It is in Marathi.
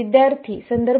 विद्यार्थीः